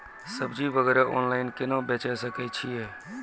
सब्जी वगैरह ऑनलाइन केना बेचे सकय छियै?